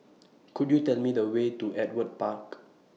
Could YOU Tell Me The Way to Ewart Park